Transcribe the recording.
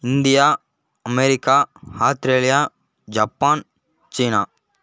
India America Australia Japan China